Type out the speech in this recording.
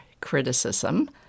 criticism